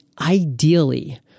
ideally